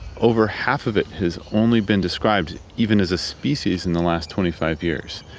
over half of it has only been described even as a species in the last twenty five years.